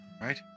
right